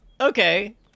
Okay